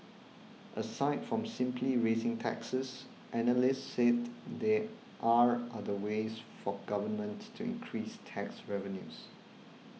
aside from simply raising taxes analysts said there are other ways for Government to increase tax revenues